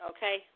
Okay